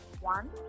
one